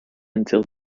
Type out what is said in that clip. until